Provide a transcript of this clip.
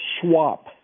swap